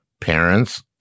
parents